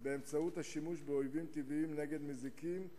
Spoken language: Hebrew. באמצעות השימוש באויבים טבעיים נגד מזיקים,